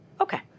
Okay